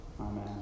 Amen